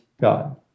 God